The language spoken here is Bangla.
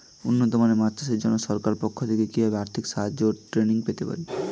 উন্নত মানের মাছ চাষের জন্য সরকার পক্ষ থেকে কিভাবে আর্থিক সাহায্য ও ট্রেনিং পেতে পারি?